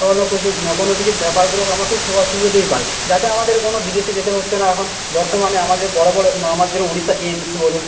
কোনো কিছু কোনো কিছু ব্যাপারগুলো আমরা খুব সুবা সুবিধায় পাই যাতে আমাদের কোনো বিদেশে যেতে হচ্ছে না এখন বর্তমানে আমাদের বড় বড় আমাদের যেরকম উড়িষ্যা এইমস বলুন